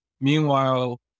Meanwhile